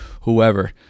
whoever